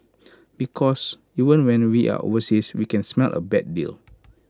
because even when we are overseas we can smell A bad deal